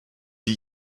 die